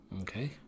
Okay